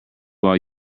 while